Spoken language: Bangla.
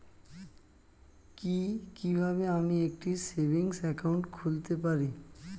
কি কিভাবে আমি একটি সেভিংস একাউন্ট খুলতে পারি?